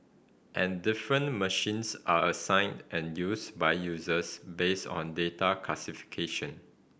and different machines are assigned and used by users based on data classification